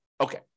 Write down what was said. Okay